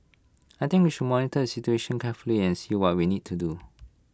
I think we should monitor situation carefully and see what we need to do